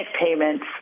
payments